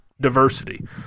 diversity